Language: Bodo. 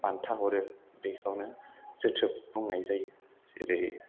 बान्था हरो बेखौनो जोथोब बुंनाय जायो जेरै